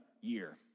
year